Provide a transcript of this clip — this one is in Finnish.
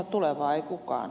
ei kukaan